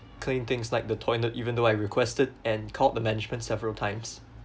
cleaning things like the toilet even though I requested and called the management several times